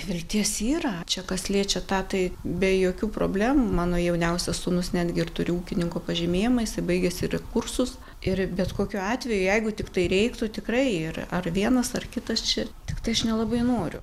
vilties yra čia kas liečia tą tai be jokių problemų mano jauniausias sūnus netgi ir turi ūkininko pažymėjimą jisai baigęs yra kursus ir bet kokiu atveju jeigu tiktai reiktų tikrai ar ar vienas ar kitas čia tiktai aš nelabai noriu